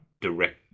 direct